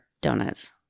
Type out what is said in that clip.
donuts